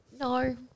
No